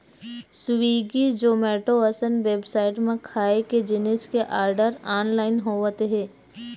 Swiggy, Zomato असन website म खाए के जिनिस के आरडर ऑनलाइन होवत हे